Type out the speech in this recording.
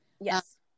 Yes